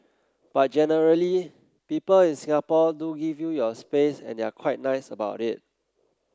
but generally people in Singapore do give you your space and they're quite nice about it